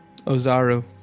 Ozaru